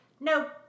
nope